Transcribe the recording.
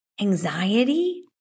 anxiety